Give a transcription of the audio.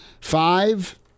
Five